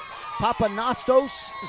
Papanastos